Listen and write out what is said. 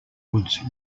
woods